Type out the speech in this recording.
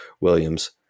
Williams